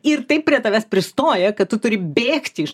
ir taip prie tavęs pristoja kad tu turi bėgti iš